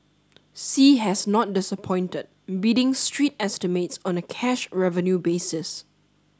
sea has not disappointed beating street estimates on a cash revenue basis